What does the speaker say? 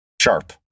sharp